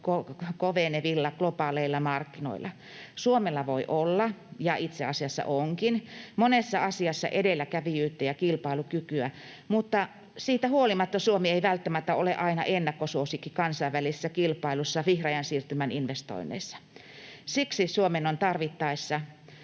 kovenevilla globaaleilla markkinoilla. Suomella voi olla, ja itse asiassa onkin, monessa asiassa edelläkävijyyttä ja kilpailukykyä, mutta siitä huolimatta Suomi ei välttämättä ole aina ennakkosuosikki kansainvälisessä kilpailussa vihreän siirtymän investoinneissa. Siksi Suomen on kyettävä